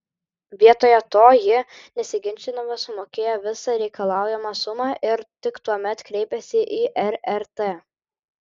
vietoje to ji nesiginčydama sumokėjo visą reikalaujamą sumą ir tik tuomet kreipėsi į rrt